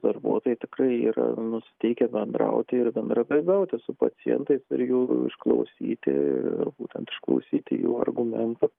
darbuotojai tikrai yra nusiteikę bendrauti ir bendradarbiauti su pacientais ir jų išklausyti ir būtent išklausyti jų argumentus